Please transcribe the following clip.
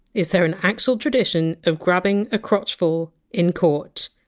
is there an actual tradition of grabbing a crotchful in court?